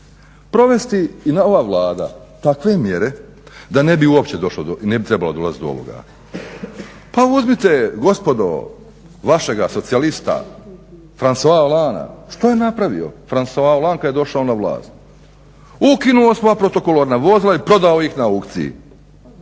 provesti i ova Vlada takve mjere da ne bi trebalo dolazit do ovoga. Pa uzmite gospodo vašega socijalista Francois Hollande, što je napravio Francois Hollande kad je došao na vlast, ukinuo sva protokolarna vozila i prodao ih na aukciji.